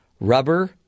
Rubber